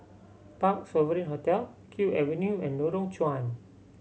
Parc Sovereign Hotel Kew Avenue and Lorong Chuan